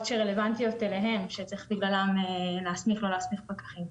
שרלוונטיות לו שבגינן אפשר להסמיך או לא להסמיך פקחים.